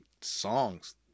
songs